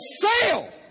sale